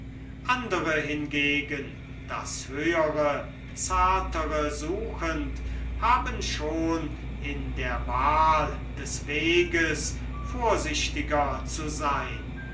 andere hingegen das höhere zartere suchend haben schon in der wahl des weges vorsichtiger zu sein